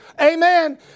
Amen